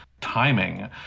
timing